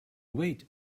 wait